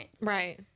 Right